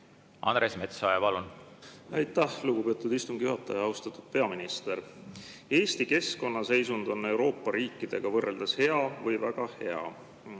Andres Metsoja, palun! Aitäh, lugupeetud istungi juhataja! Austatud peaminister! Eesti keskkonna seisund on Euroopa riikidega võrreldes hea või väga hea.